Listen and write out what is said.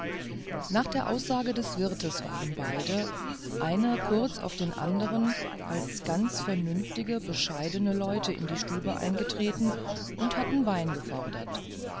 nach der aussage des wirts waren beide einer kurz auf den andern als ganz vernünftige bescheidene leute in die stube hineingetreten und hatten wein gefordert